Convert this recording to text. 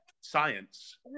science